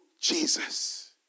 Jesus